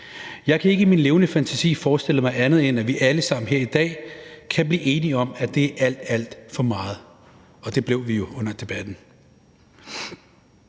Jeg kan ikke i min levende fantasi forestille mig andet end, at vi alle sammen her i dag kan blive enige om, at det er alt, alt for meget – og det blev vi jo under debatten.